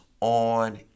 on